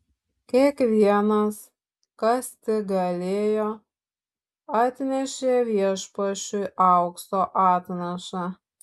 kiekvienas kas tik galėjo atnešė viešpačiui aukso atnašą